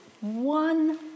one